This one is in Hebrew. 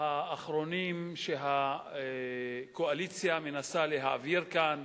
האחרונים שהקואליציה מנסה להעביר כאן,